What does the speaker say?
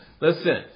listen